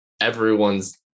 everyone's